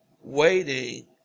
waiting